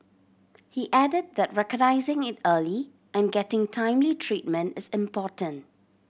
he added that recognising it early and getting timely treatment is important